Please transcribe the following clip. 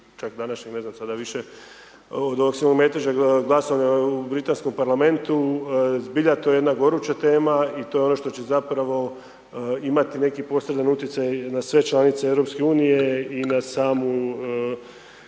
čak današnje, ne znam sad više od ovog sveg meteža, glasovanja u britanskom Parlamentu. Zbilja to je jedna goruća tema i to je ono što će zapravo imati neki posredan utjecaj i na sve članice EU-a i na same